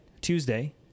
Tuesday